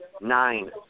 Nine